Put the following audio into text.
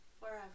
forever